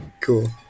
Cool